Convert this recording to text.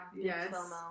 Yes